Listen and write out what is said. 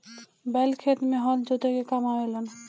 बैल खेत में हल जोते के काम आवे लनअ